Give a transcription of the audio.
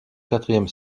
quatrième